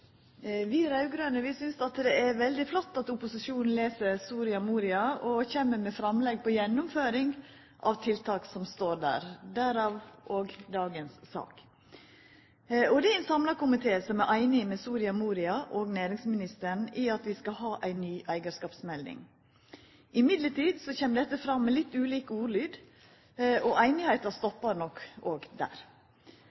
Vi raud-grøne synest det er veldig flott at opposisjonen les Soria Moria og kjem med framlegg om gjennomføring av tiltak som står der – dermed òg dagens sak. Det er ein samla komite som er einig i Soria Moria og med næringsministeren i at vi skal ha ei ny eigarskapsmelding. Men dette kjem fram med litt ulik ordlyd, og einigheita